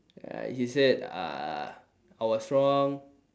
uh he said uh I was wrong